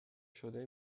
شده